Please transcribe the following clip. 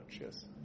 yes